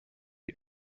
you